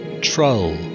Troll